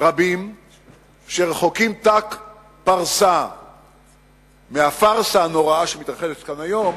רבים שרחוקים ת"ק פרסה מהפארסה הנוראה שמתרחשת כאן היום,